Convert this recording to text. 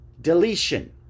deletion